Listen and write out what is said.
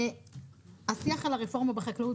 השיח על הרפורמה בחקלאות,